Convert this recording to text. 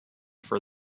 for